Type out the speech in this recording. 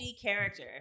character